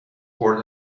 board